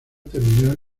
terminal